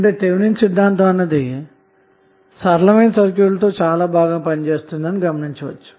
కాబట్టిథెవినిన్ సిద్ధాంతంఅన్నది సరళమైన సర్క్యూట్ లతో చాలా బాగా పనిచేస్తుంది అని గమనించండి